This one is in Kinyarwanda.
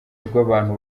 rw’abantu